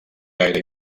gaire